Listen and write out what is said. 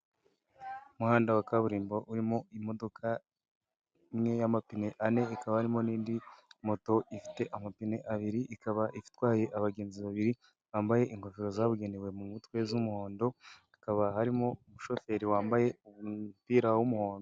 Umuhanda wa kaburimbo urimo imodoka imwe y'amapine ane, ikaba harimo n'indi moto ifite amapine abiri, ikaba itwaye abagenzi babiri, bambaye ingofero zabugenewe mu mutwe z'umuhondo, hakaba harimo umushoferi wambaye umupira w'umuhondo.